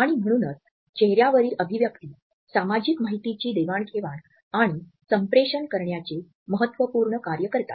आणि म्हणूनच चेहर्यावरील अभिव्यक्ति सामाजिक माहितीची देवाणघेवाण आणि संप्रेषण करण्याचे महत्त्वपूर्ण कार्य करतात